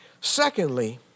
Secondly